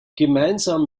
gemeinsam